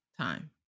time